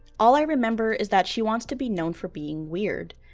all i remember is that she wants to be known for being weird.